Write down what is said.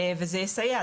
וזה יסייע.